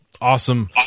Awesome